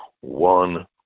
one